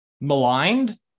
Maligned